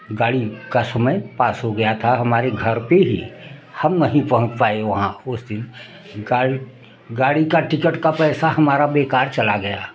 गाड़ी का समय पास हो गया था हमारे घर पर ही हम नहीं पहुँच पाए वहाँ उस दिन गाड़ी गाड़ी का टिकट का पैसा हमारा बेकार चला गया